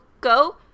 go